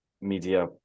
media